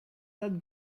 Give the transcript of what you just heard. that